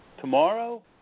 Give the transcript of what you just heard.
tomorrow